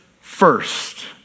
first